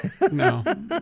No